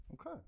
okay